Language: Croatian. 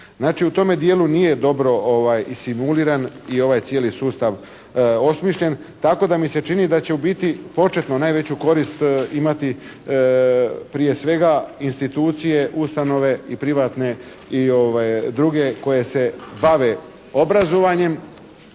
Znači u tome dijelu nije dobro isimuliran i ovaj cijeli sustav osmišljen tako da mi se čini da će u biti početno najveću korist imati prije svega institucije, ustanove i privatne i druge koje se bave obrazovanjem,